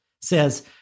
says